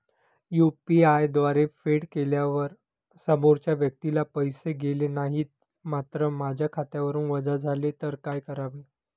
UPI द्वारे फेड केल्यावर समोरच्या व्यक्तीला पैसे गेले नाहीत मात्र माझ्या खात्यावरून वजा झाले तर काय करावे?